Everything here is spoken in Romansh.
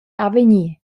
avegnir